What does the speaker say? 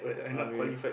okay